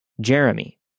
Jeremy